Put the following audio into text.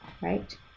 right